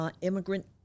Immigrant